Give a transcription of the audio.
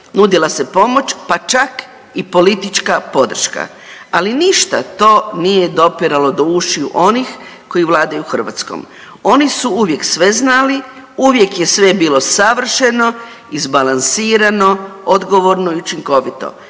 nudila se pomoć pa čak i politička podrška. Ali ništa to nije dopiralo do ušiju onih koji vladaju Hrvatskom. Oni su uvijek sve znali, uvijek je sve bilo savršeno, izbalansirano, odgovorno i učinkovito.